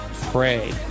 Pray